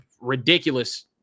ridiculous